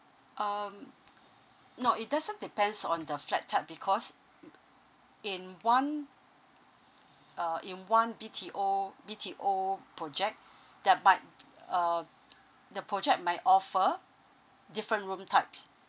um no it doesn't depends on the flat type because mm in one uh in one B_T_O B_T_O project that might uh the project might offer different room types